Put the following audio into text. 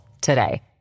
today